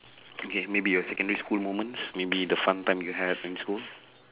okay maybe your secondary school moments maybe the fun time you have in school